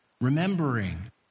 remembering